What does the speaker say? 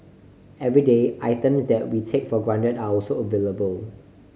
everyday items that we take for granted are also available